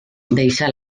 deixà